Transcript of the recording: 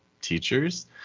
teachers